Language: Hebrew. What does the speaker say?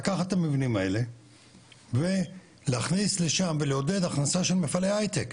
לקחת את המבנים האלה ולהכניס לשם ולעודד הכנסה של מפעלי הייטק,